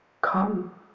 come